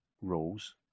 rules